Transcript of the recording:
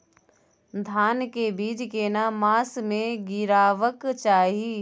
धान के बीज केना मास में गीरावक चाही?